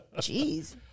Jeez